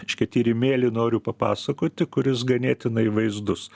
reiškia tyrimėlį noriu papasakoti kuris ganėtinai vaizdus